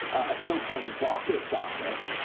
a so-called rocket docket,